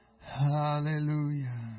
Hallelujah